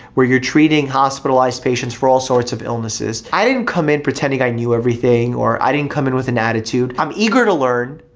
where you're treating hospitalized patients for all sorts of illnesses. i didn't come in pretending i knew everything or i didn't come in with an attitude. i'm eager to learn,